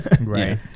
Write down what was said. Right